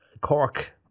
Cork